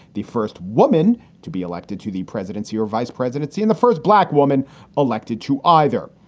the first woman to be elected to the presidency or vice presidency in the first black woman elected to either.